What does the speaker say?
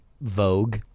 vogue